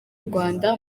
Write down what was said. rwanda